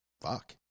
Fuck